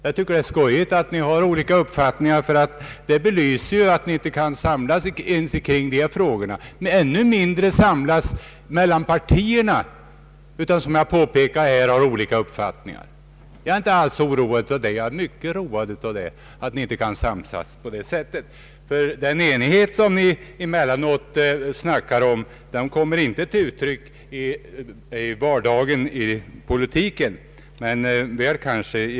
Jag tycker att det är skojigt att ni har olika uppfattningar. Det belyser nämligen att ni inte ens inom partiet kan samla er kring dessa frå gor och ännu mindre mellan partierna, vilka — som jag har påpekat här — har olika uppfattningar. Jag är alltså inte alls oroad av detta, utan jag är mycket road av att ni inte kan samsas. Den enighet som ni emellanåt talar om kommer inte till uttryck i politiken till vardags.